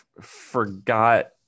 forgot